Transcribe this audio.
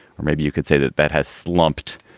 maybe you could say that that has slumped.